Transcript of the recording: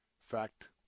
fact